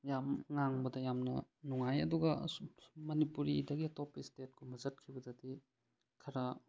ꯌꯥꯝ ꯉꯥꯡꯕꯗ ꯌꯥꯝꯅ ꯅꯨꯡꯉꯥꯏ ꯑꯗꯨꯒ ꯃꯅꯤꯄꯨꯔꯤꯗꯒꯤ ꯑꯇꯣꯞꯄ ꯏꯁꯇꯦꯠ ꯀꯨꯝꯕ ꯆꯠꯈꯤꯕꯗꯗꯤ ꯈꯔ